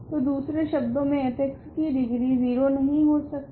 तो दूसरे शब्दों मे f की डिग्री 0 नहीं हो सकती